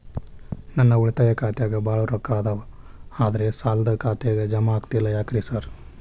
ನನ್ ಉಳಿತಾಯ ಖಾತ್ಯಾಗ ಬಾಳ್ ರೊಕ್ಕಾ ಅದಾವ ಆದ್ರೆ ಸಾಲ್ದ ಖಾತೆಗೆ ಜಮಾ ಆಗ್ತಿಲ್ಲ ಯಾಕ್ರೇ ಸಾರ್?